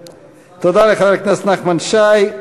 תודה לחבר הכנסת נחמן שי.